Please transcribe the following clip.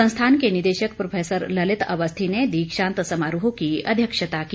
संस्थान के निदेशक प्रोफेसर ललित अवस्थी ने दीक्षांत समारोह की अध्यक्षता की